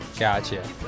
Gotcha